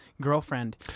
girlfriend